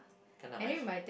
can lah my